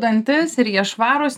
dantis ir jie švarūs